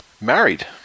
Married